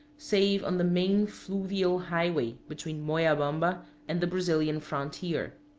save on the main fluvial highway between moyabamba and the brazilian frontier.